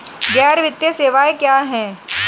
गैर वित्तीय सेवाएं क्या हैं?